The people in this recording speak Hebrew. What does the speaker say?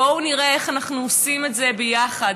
בואו נראה איך אנחנו עושים את זה ביחד.